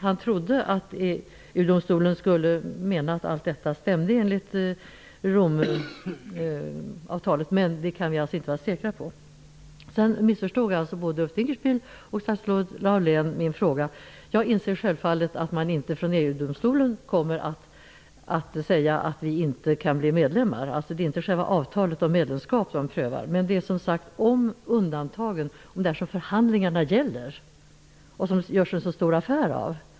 Han trodde att EU domstolens åsikt var att allt detta står i överensstämmelse med Romfördraget. Men det kan vi alltså inte vara säkra på. Både Ulf Dinkelspiel och Reidunn Laurén missförstod min fråga. Jag inser självfallet att man från EU-domstolens sida inte kommer att säga att vi inte kan bli medlemmar. Det är inte själva avtalet om medlemskap som prövas där. Förhandlingen gäller undantagen, som det görs så stor affär av.